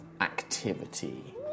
activity